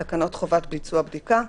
התש"ף-2020, "תקנות חובת ביצוע בדיקה"